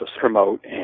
promote